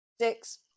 Six